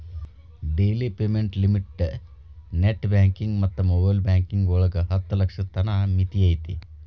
daily payment limit net banking ಮತ್ತ mobile banking ಒಳಗ ಹತ್ತ ಲಕ್ಷದ್ ತನ ಮಿತಿ ಐತಿ